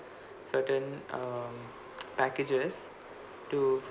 certain um packages to